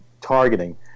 targeting